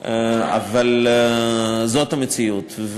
לי את אם את רוצה שההסתייגויות האלה ייכנסו לספר החוקים הישראלי.